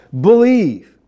believe